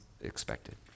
expected